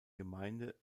gemeinde